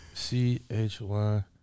C-H-Y